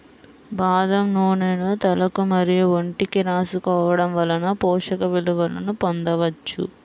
బాదం నూనెను తలకు మరియు ఒంటికి రాసుకోవడం వలన పోషక విలువలను పొందవచ్చు